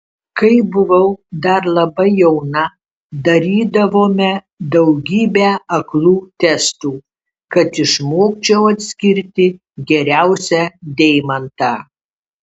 kai buvau dar labai jauna darydavome daugybę aklų testų kad išmokčiau atskirti geriausią deimantą